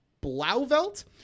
Blauvelt